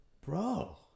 Bro